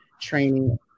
training